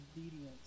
obedience